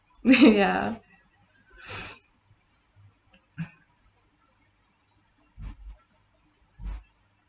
ya